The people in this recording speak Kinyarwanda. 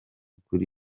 kuri